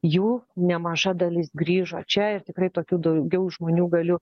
jų nemaža dalis grįžo čia ir tikrai tokių daugiau žmonių galiu